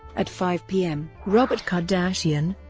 at five p m. robert kardashian,